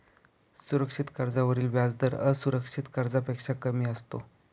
सुरक्षित कर्जावरील व्याजदर असुरक्षित कर्जापेक्षा कमी असतो